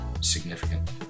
significant